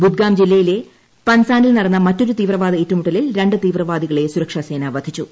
ബുദ്ഗാം ജില്ലയിലെ പൻസാനിൽ നടന്ന മറ്റൊരു തീവ്രവാദ ഏറ്റുമുട്ടലിൽ രണ്ട് തീവ്രവാദികളെ സുരക്ഷ സേന വധിച്ചു